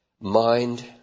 mind